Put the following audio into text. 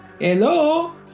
Hello